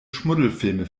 schmuddelfilme